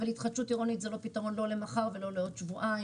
אבל התחדשות עירונית זה לא פתרון לא למחר ולא לעוד שבועיים.